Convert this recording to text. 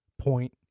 point